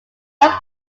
some